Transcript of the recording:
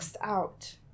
out